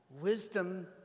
Wisdom